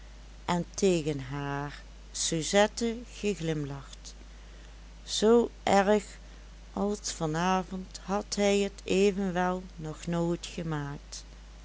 en tegen haar suzette geglimlacht zoo erg als van avond had hij het evenwel nog nooit